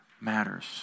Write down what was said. matters